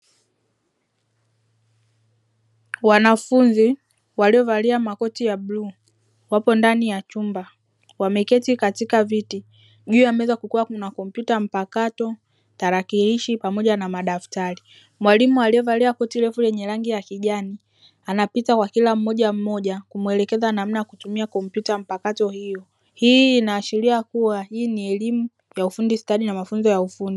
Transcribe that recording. Wanafunzi waliovalia makoti ya bluu, wapo ndani ya chumba wameketi katika viti, juu ya meza kulikua na kompyuta mpakato, tarakirishi, pamoja na madaftari. Mwalimu aliovalia koti refu lenye rangi ya kijani, anapita kwa kila mmoja mmoja kumwelekeza namna ya kutumia kompyuta mpakato hiyo, hii ina ashiria kua hii ni elimu ya ufundi stadi na mafunzo ya ufundi.